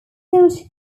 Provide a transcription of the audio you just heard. sought